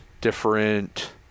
different